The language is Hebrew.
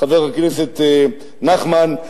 חבר הכנסת נחמן,